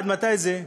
עד מתי זה?